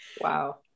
Wow